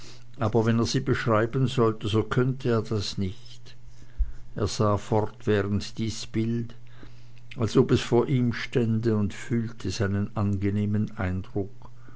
aber wenn er sie beschreiben sollte so könnte er das nicht er sah fortwährend dies bild als ob es vor ihm stände und fühlte seinen angenehmen eindruck